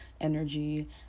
energy